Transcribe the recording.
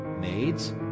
maids